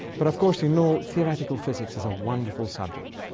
but of course you know theoretical physics is a wonderful subject.